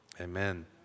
Amen